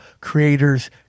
creators